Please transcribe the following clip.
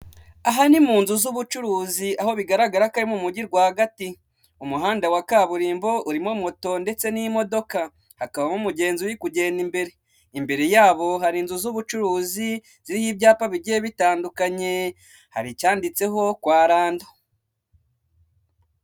Aha ni mu nzu z'ubucuruzi aho bigaragara ko ari mu mujyi rwagati, umuhanda wa kaburimbo urimo moto ndetse n'imodoka, hakabamo umugenzi uri kugenda imbere, imbere yabo hari inzu z'ubucuruzi ziriho ibyapa bigiye bitandukanye, hari icyanditseho kwa rando.